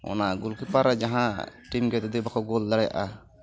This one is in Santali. ᱚᱱᱟ ᱜᱳᱠᱤᱯᱟᱨ ᱨᱮ ᱡᱟᱦᱟᱸ ᱴᱤᱢ ᱜᱮ ᱡᱩᱫᱤ ᱵᱟᱠᱚ ᱜᱳᱞ ᱫᱟᱲᱮᱭᱟᱜᱼᱟ